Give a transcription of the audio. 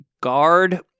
guard